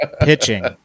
pitching